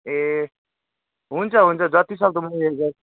ए हुन्छ हुन्छ जतिसक्दो म उयो